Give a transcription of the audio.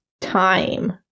time